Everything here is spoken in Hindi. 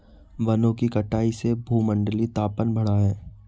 वनों की कटाई से भूमंडलीय तापन बढ़ा है